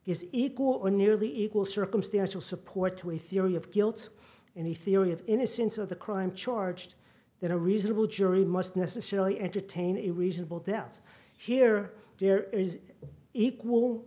is equal or nearly equal circumstantial support to a theory of guilt and a theory of innocence of the crime charged in a reasonable jury must necessarily entertain a reasonable doubt here there is equal